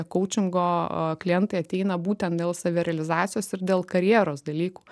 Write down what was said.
koučingo klientai ateina būtent dėl savirealizacijos ir dėl karjeros dalykų